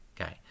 Okay